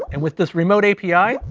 and with this remote api,